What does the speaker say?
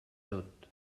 tot